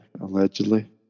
allegedly